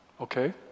okay